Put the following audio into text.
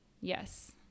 Yes